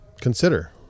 consider